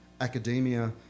academia